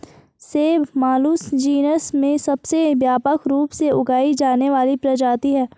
सेब Malus genus में सबसे व्यापक रूप से उगाई जाने वाली प्रजाति है